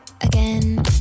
again